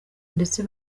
ndetse